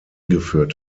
geführt